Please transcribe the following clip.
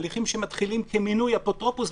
הליכים שמתחילים כמינוי אפוטרופוס,